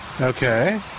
Okay